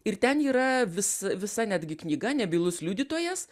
ir ten yra vis visa netgi knyga nebylus liudytojas